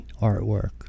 artwork